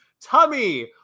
tummy